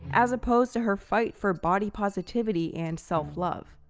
as opposed to her fight for body positivity and self-love.